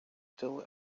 still